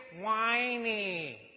whiny